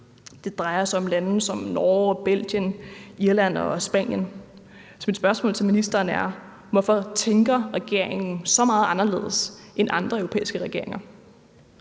Det drejer sig om lande som Norge og Belgien, Irland og Spanien. Så mit spørgsmål til ministeren er: Hvorfor tænker regeringen så meget anderledes end andre europæiske regeringer?